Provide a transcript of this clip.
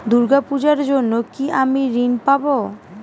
দূর্গা পূজার জন্য কি আমি ঋণ পাবো?